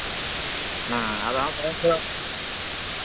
ᱦᱮᱸ ᱟᱨᱚ ᱦᱟᱸᱜ ᱛᱟᱭᱚᱢ ᱛᱮᱫᱚ